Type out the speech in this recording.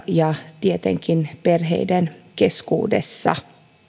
ja tietenkin perheiden keskuudessa